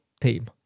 team